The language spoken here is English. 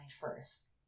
first